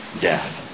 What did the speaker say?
death